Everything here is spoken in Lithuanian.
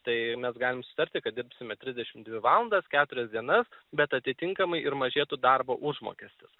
tai mes galim sutarti kad dirsime trisdešim dvi valandas keturias dienas bet atitinkamai ir mažėtų darbo užmokestis